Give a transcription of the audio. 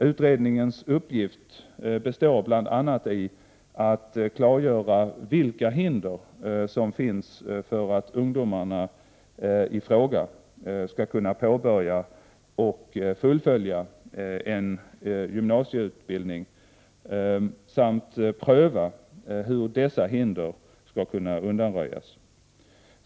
Utredningens uppgift består bl.a. i att klargöra vilka hinder som finns för att ungdomarna i fråga skall kunna påbörja och fullfölja en gymnasieutbildning samt pröva hur dessa hinder skall kunna undanröjas.